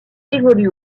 évolue